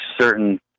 certain